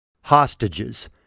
hostages